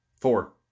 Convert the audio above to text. Four